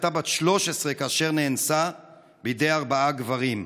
הייתה בת 13 כאשר נאנסה בידי ארבעה גברים.